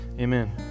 Amen